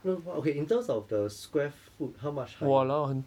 no but okay in terms of the square foot how much higher